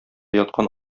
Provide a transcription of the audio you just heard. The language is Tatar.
яткан